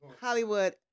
Hollywood